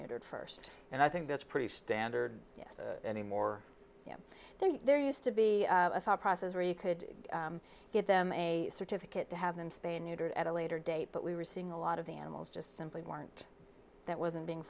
neutered first and i think that's pretty standard yes any more than three there used to be a thought process where you could give them a certificate to have them spayed neutered at a later date but we were seeing a lot of the animals just simply weren't that wasn't being